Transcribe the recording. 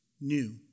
new